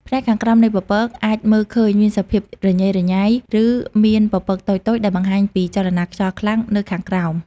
ផ្នែកខាងក្រោមនៃពពកអាចមើលឃើញមានសភាពរញ៉េរញ៉ៃ ឬមានពពកតូចៗ ដែលបង្ហាញពីចលនាខ្យល់ខ្លាំងនៅខាងក្រោម។